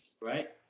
right